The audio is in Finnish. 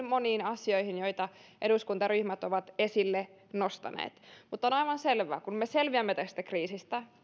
moniin asioihin joita eduskuntaryhmät ovat esille nostaneet on aivan selvää että me selviämme tästä kriisistä